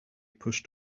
pushed